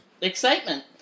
excitement